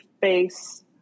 face